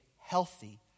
healthy